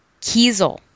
Kiesel